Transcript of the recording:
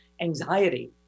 anxiety